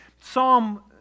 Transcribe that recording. Psalm